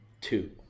two